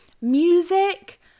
music